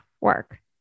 work